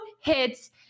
hits